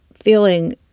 feeling